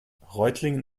reutlingen